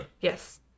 yes